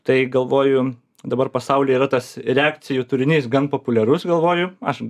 tai galvoju dabar pasaulyje yra tas reakcijų turinys gan populiarus galvoju aš